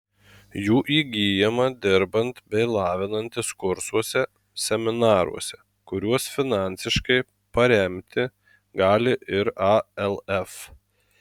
jų įgyjama dirbant bei lavinantis kursuose seminaruose kuriuos finansiškai paremti gali ir alf